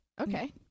Okay